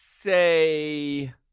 Say